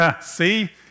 See